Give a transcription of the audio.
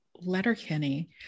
Letterkenny